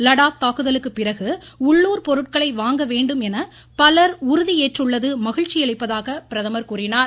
லடாக் தாக்குதலுக்கு பிறகு உள்ளுர் பொருட்களை வாங்க வேண்டும் என பலர் உறுதியேற்றுள்ளது மகிழ்ச்சியளிப்பதாக பிரதமர் கூறினார்